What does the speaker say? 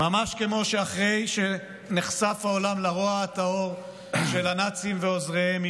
ממש כמו שאחרי שנחשף העולם לרוע הטהור של הנאצים ועוזריהם,